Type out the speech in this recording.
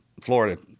Florida